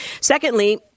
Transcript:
Secondly